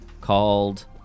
called